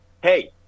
hey